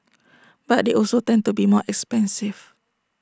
but they also tend to be more expensive